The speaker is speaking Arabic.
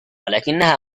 لكنها